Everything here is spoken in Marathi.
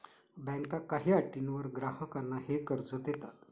बँका काही अटींवर ग्राहकांना हे कर्ज देतात